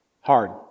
Hard